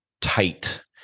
tight